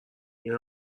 این